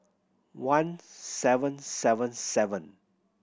one seven seven seven